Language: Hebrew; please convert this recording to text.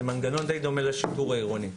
זה מנגנון שדי דומה לשיטור העירוני.